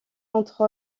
entre